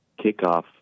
kickoff